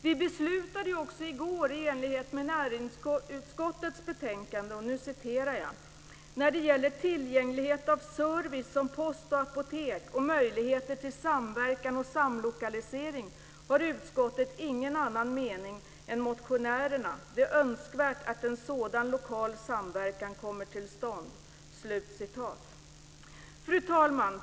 Vi beslutade ju också i går i enlighet med näringsutskottets betänkande: När det gäller tillgänglighet av service som post och apotek och möjligheter till samverkan och samlokalisering har utskottet ingen annan mening än motionärerna. Det är önskvärt att en sådan lokal samverkan kommer till stånd. Fru talman!